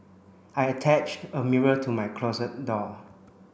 I attached a mirror to my closet door